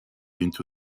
into